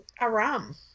Aram